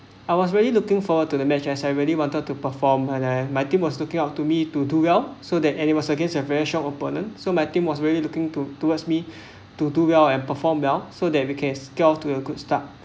I was really looking forward to the match as I really wanted to perform and then my team was looking out to me to do well so that I was against a very shook opponent so my team was already looking to towards me to do well and perform well so we can scale to a good start